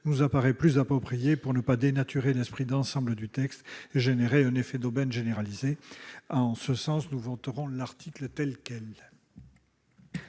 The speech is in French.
nous apparaît plus appropriée pour ne pas dénaturer l'esprit de l'ensemble du texte et entraîner un effet d'aubaine généralisée. En ce sens, nous voterons l'article tel quel.